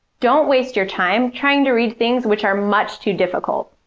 don't waste your time trying to read things which are much too difficult.